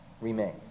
remains